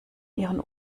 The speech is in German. ihren